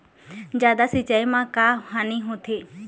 जादा सिचाई म का हानी होथे?